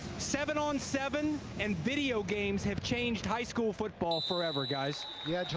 seven on seven, and video games have changed high school football forever, guys. yeah,